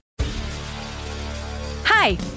Hi